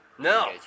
No